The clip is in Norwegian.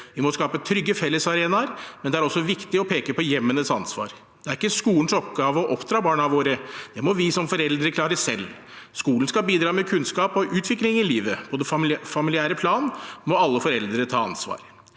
Vi må skape trygge fellesarenaer, men det er også viktig å peke på hjemmenes ansvar. Det er ikke skolens oppgave å oppdra barna våre, det må vi som foreldre klare selv. Skolen skal bidra med kunnskap og utvikling i livet. På det familiære plan må alle foreldre ta ansvar.